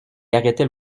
arrêtait